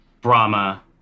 Brahma